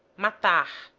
matar,